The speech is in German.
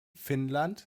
finnland